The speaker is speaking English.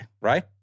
Right